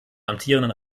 amtierenden